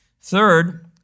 Third